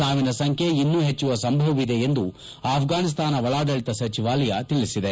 ಸಾವಿನ ಸಂಖ್ಯೆ ಇನ್ನೂ ಹೆಚ್ಚುವ ಸಂಭವವಿದೆ ಎಂದು ಆಪ್ಪಾನಿಸ್ಥಾನ ಒಳಾಡಳಿತ ಸಚಿವಾಲಯ ತಿಳಿಸಿದೆ